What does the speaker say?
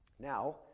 Now